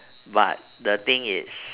but the thing it's